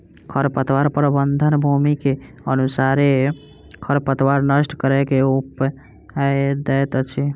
खरपतवार प्रबंधन, भूमि के अनुसारे खरपतवार नष्ट करै के उपाय दैत अछि